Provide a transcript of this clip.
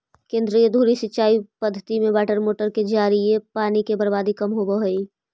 केंद्रीय धुरी सिंचाई पद्धति में वाटरमोटर के जरिए पानी के बर्बादी कम होवऽ हइ